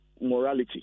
morality